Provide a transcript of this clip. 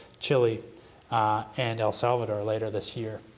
chili and el savador later this year,